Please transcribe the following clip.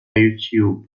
youtube